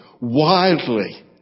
wildly